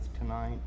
tonight